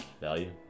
value